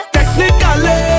Technically